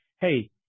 hey